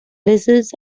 lizards